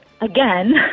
again